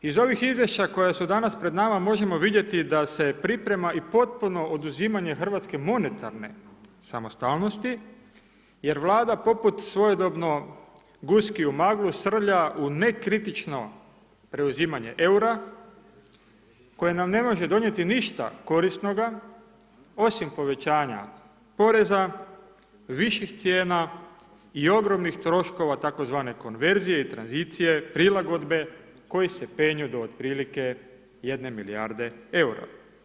Iz ovih Izvješća koja su danas pred nama možemo vidjeti da se priprema i potpuno oduzimanje hrvatske monetarne samostalnosti, jer Vlada poput svojedobno guski u maglu, srlja u nekritično preuzimanje EUR-a, koje nam ne može donijeti ništa korisnoga, osim povećanja poreza, viših cijena i ogromnih troškova takozvane konverzije i tranzicije, prilagodbe koji se penju do otprilike 1 milijarde EUR-a.